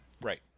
right